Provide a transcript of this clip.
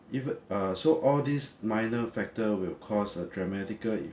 even uh so all these minor factor will cause a dramatical